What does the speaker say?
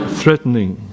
threatening